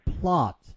plot